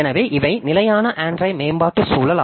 எனவே இவை நிலையான Android மேம்பாட்டு சூழல்